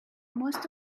most